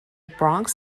bronx